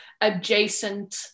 adjacent